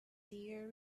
dear